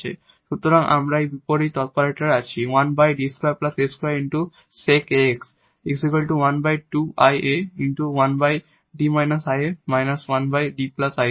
সুতরাং আমরা এই বিপরীত অপারেটর আছে